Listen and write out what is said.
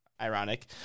ironic